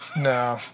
No